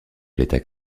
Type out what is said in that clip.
l’état